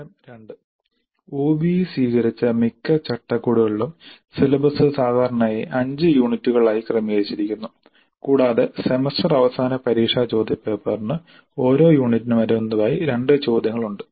തരം 2 ഒബിഇ സ്വീകരിച്ച മിക്ക ചട്ടക്കൂടുകളിലും സിലബസ് സാധാരണയായി 5 യൂണിറ്റുകളായി ക്രമീകരിച്ചിരിക്കുന്നു കൂടാതെ സെമസ്റ്റർ അവസാന പരീക്ഷാ ചോദ്യപേപ്പറിന് ഓരോ യൂണിറ്റിനും അനുബന്ധമായി 2 ചോദ്യങ്ങൾ ഉണ്ട്